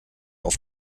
auf